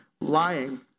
lying